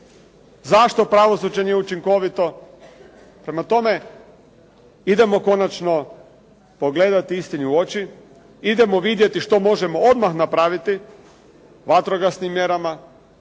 Zašto pravosuđe nije učinkovito? Prema tome idemo konačno pogledati istini u oči. Idemo vidjeti što možemo odmah napraviti vatrogasnim mjerama?